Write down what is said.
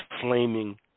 flaming